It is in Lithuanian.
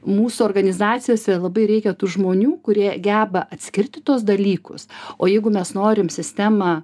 mūsų organizacijose labai reikia tų žmonių kurie geba atskirti tuos dalykus o jeigu mes norim sistemą